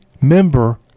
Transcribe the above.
member